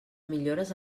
millores